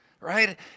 right